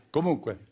Comunque